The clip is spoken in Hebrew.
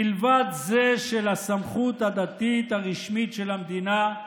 מלבד זה של הסמכות הדתית הרשמית של המדינה,